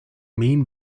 mean